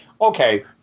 Okay